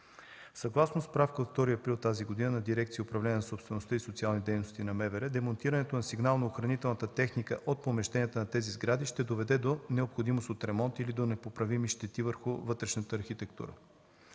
Съгласно справка от 2 април тази година на дирекция „Управление на собствеността и социални дейности на МВР” демонтирането на сигнално-охранителната техника от помещенията на тези сгради ще доведе до необходимост от ремонт или до непоправими щети върху вътрешната архитектура.